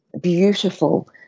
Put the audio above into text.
beautiful